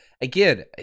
Again